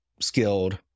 skilled